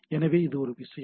எனவே இது ஒரு விஷயம்